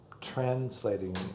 translating